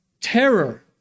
terror